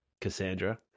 Cassandra